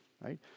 right